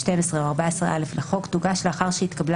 12 או 14(א) לחוק תוגש לאחר שהתקבלה